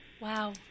Wow